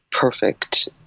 perfect